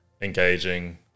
engaging